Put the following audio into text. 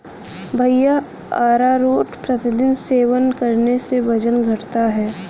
भैया अरारोट प्रतिदिन सेवन करने से वजन घटता है